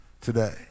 today